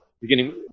beginning